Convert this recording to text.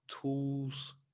tools